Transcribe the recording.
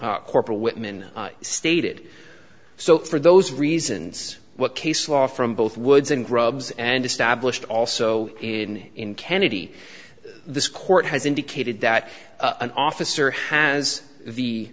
corporal whitman stated so for those reasons what case law from both woods and grubs and established also in in kennedy this court has indicated that an officer has the